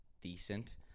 decent